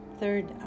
third